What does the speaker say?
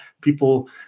people